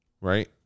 right